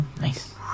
Nice